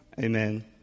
Amen